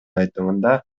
айтымында